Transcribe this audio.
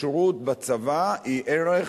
כשרות בצבא היא ערך